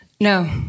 No